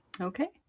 Okay